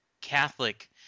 Catholic